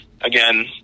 again